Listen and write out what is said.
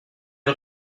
une